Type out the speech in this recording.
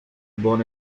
buon